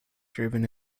driven